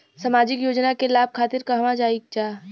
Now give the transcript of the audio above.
सामाजिक योजना के लाभ खातिर कहवा जाई जा?